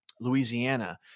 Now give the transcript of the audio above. Louisiana